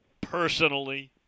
personally